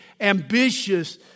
ambitious